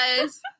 guys